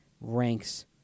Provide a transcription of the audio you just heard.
ranks